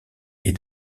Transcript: est